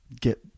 get